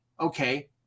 okay